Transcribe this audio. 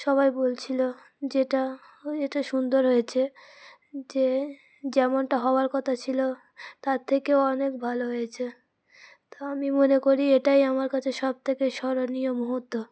সবাই বলছিল যেটা এটা সুন্দর হয়েছে যে যেমনটা হওয়ার কথা ছিল তার থেকেও অনেক ভালো হয়েছে তো আমি মনে করি এটাই আমার কাছে সবথেকে স্মরণীয় মুহূর্ত